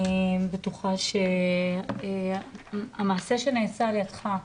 אני בטוחה שהמעשה שנעשה על ידך,